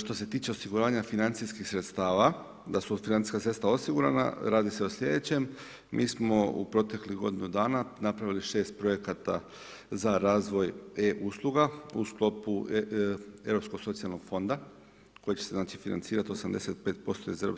Što se tiče osiguranja financijskih sredstva, da su financijska sredstva osigurana, radi se o slijedećem, mi smo u proteklih godinu dana napravili 6 projekata za razvoje e-usluga u sklopu Europskog socijalnog fonda koji će znači financirati 85% iz EU,